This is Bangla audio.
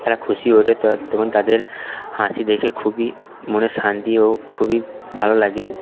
তারা খুশি হয়ে ওঠে তখন তাদের হাসি দেখে খুবই মনে শান্তি ও খুবই ভালো লাগে